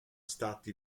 stati